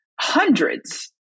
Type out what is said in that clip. hundreds